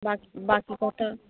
বাকি বাকি কথা